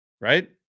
Right